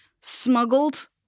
smuggled